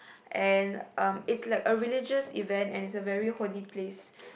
and um it's like a religious event and it's a very holy place